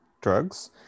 drugs